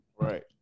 right